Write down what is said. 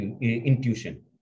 intuition